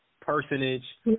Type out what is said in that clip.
personage